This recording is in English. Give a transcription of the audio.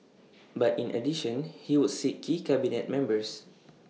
but in addition he would see key cabinet members